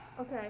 Okay